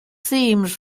themes